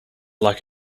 like